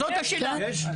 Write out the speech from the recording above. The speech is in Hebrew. זאת השאלה.